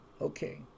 okay